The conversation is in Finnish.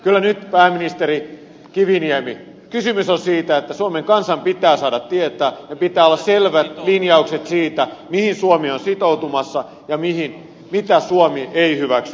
kyllä nyt pääministeri kiviniemi kysymys on siitä että suomen kansan pitää saada tietää ja pitää olla selvät linjaukset siitä mihin suomi on sitoutumassa ja mitä suomi ei hyväksy